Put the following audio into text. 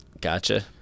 Gotcha